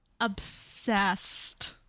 obsessed